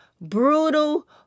brutal